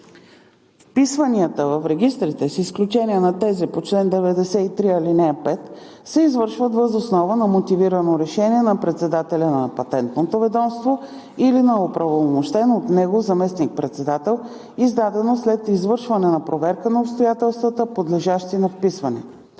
Вписванията в регистрите, с изключение на тези по чл. 93, ал. 5, се извършват въз основа на мотивирано решение на председателя на Патентното ведомство или на оправомощен от него заместник-председател, издадено след извършване на проверка на обстоятелствата, подлежащи на вписване.